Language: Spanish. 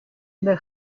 del